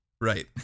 Right